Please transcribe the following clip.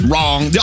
Wrong